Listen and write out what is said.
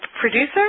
producer